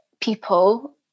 people